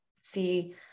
see